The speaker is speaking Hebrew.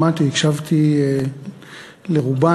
שמעתי, הקשבתי לרובן,